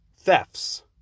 thefts